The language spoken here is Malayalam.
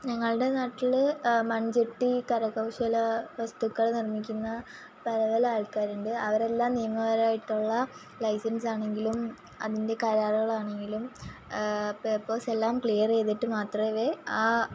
ഞങ്ങളുടെ നാട്ടിൽ മൺചട്ടി കരകൗശല വസ്തുക്കൾ നിർമ്മിക്കുന്ന പല പല ആൾക്കാരുണ്ട് അവർ എല്ലാം നിയമപരമായിട്ടുള്ള ലൈസൻസ് ആണെങ്കിലും അതിൻ്റെ കരാറുകൾ ആണെങ്കിലും പേപ്പേഴ്സ് എല്ലാം ക്ലിയർ ചെയ്തിട്ട് മാത്രമേ ആ